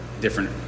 different